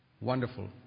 Wonderful